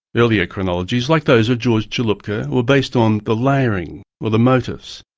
early chronologies, like those of george chaloupka, were based on the layering or the motifs.